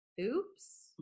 oops